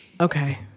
Okay